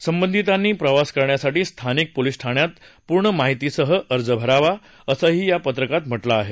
संबंधितांनी प्रवास करण्यासाठी स्थानिक पोलिस ठाण्यात पूर्ण माहिती सह अर्ज भरावा असही या पत्रकात म्हटलं आहे